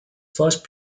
first